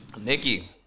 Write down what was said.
Nikki